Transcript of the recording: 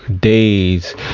days